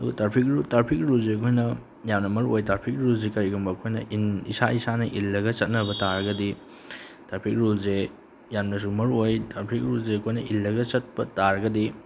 ꯑꯗꯣ traffic rule traffic ꯔꯨꯜꯁꯦ ꯑꯩꯈꯣꯏꯅ ꯌꯥꯝꯅ ꯃꯔꯨ ꯑꯣꯏ ꯇ꯭ꯔꯥꯐꯤꯛ ꯔꯨꯜꯁꯦ ꯀꯔꯤꯒꯨꯝꯕ ꯑꯩꯈꯣꯏꯅ ꯏꯁꯥ ꯏꯁꯥꯅ ꯏꯜꯂꯒ ꯆꯠꯅꯕ ꯇꯥꯔꯒꯗꯤ ꯇ꯭ꯔꯥꯐꯤꯛ ꯔꯨꯜꯁꯦ ꯌꯥꯝꯅꯁꯨ ꯃꯔꯨ ꯑꯣꯏ ꯇ꯭ꯔꯥꯐꯤꯛ ꯔꯨꯜꯁꯦ ꯑꯩꯈꯣꯏꯅ ꯏꯜꯂꯒ ꯆꯠꯄ ꯇꯥꯔꯒꯗꯤ